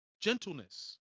Gentleness